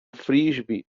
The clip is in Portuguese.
frisbee